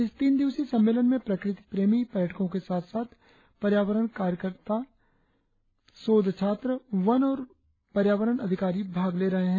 इस तीन दिवसीय सम्मेलन में प्रकृति प्रेमी पर्यटको के साथ साथ पर्यावरण कार्यकता शोध छात्र वन और पर्यावरण अधिकारी भाग ले रहे है